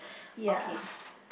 ya